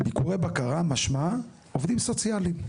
ביקורי בקרה משמע עובדים סוציאליים.